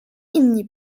inni